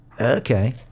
Okay